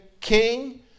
king